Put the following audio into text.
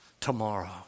tomorrow